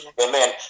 Amen